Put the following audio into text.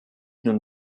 nun